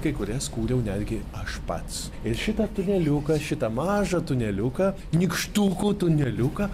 kai kurias kūriau netgi aš pats ir šitą tuneliuką šitą mažą tuneliuką nykštukų tuneliuką